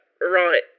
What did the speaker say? Right